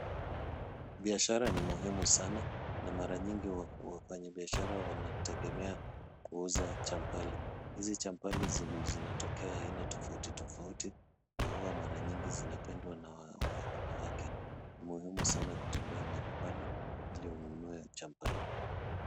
Biashara ni muhimu sana na mara nyingi wafanyibiashara wanategemea kuuza champali . Hizi champali zinatokea aina tofauti tofauti na huwa mara nyingi zinapendwa na wanawake ni muhimu sana kutembea mahali pale ili ununue champali .